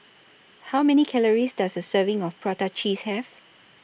How Many Calories Does A Serving of Prata Cheese Have